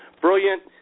Brilliant